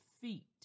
feet